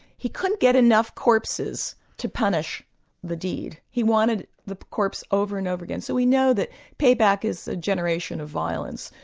he couldn't get enough corpses to punish the deed. he wanted the corpse over and over again. so we know that payback is a generation of violence,